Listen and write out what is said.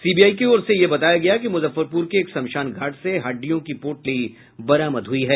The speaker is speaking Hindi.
सीबीआई की ओर से यह बताया गया कि मुजफ्फरपुर के एक श्मशान घाट से हड्डियों की पोटली बरामद हुयी है